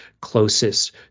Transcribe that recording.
closest